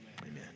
amen